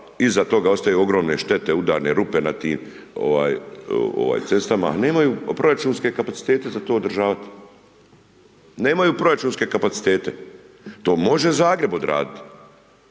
iza toga ostaju ogromne štete, udarne rupe na tim cestama, nemaju proračunske kapacitete za to održavat, nemaju proračunske kapacitete, to može Zagreb odradit